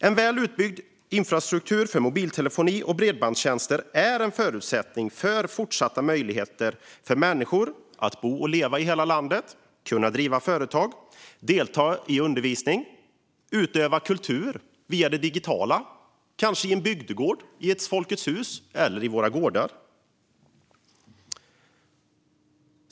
En väl utbyggd infrastruktur för mobiltelefoni och bredbandstjänster är en förutsättning för fortsatta möjligheter för människor att bo och leva i hela landet, driva företag, delta i undervisning och utöva kultur digitalt i bygdegårdar och Folkets Hus.